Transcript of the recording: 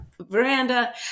veranda